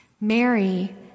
Mary